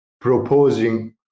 proposing